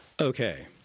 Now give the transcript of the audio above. Okay